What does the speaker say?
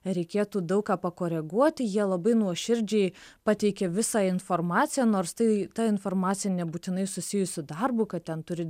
reikėtų daug ką pakoreguoti jie labai nuoširdžiai pateikė visą informaciją nors tai ta informacija nebūtinai susijusi su darbu kad ten turi